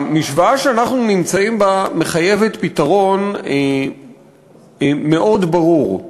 המשוואה שאנחנו נמצאים בה מחייבת פתרון מאוד ברור.